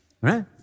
Right